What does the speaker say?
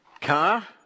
car